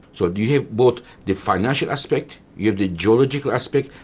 so you have both the financial aspect, you have the geological aspect,